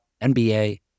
NBA